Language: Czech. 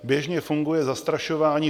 Běžně funguje zastrašování.